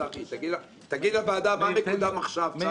תגיד לוועדה מה מקודם עכשיו, צחי.